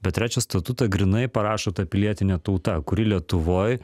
bet trečią statutą grynai parašo ta pilietinė tauta kuri lietuvoj